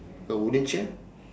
a wooden chair